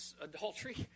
adultery